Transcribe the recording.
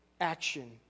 action